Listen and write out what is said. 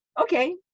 okay